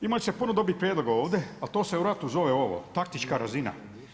Imali ste puno dobrih prijedlog ovdje, ali to se u ratu zove ove, taktička razina.